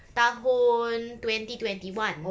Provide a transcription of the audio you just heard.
tahun twenty twenty one